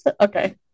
Okay